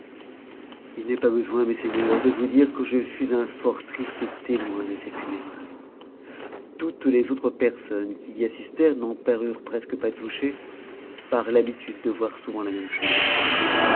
h n'est pas besoin nies seigneurs de vous dire que je fus un fort j témoin de ces funérailles toutes les autres personnes qui y assisto'f n'en parurent presque pas touchées par l'habitude de voir souvent même chose